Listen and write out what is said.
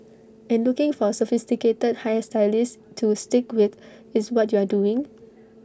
and looking for A sophisticated hair stylist to stick with is what you are doing